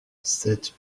cette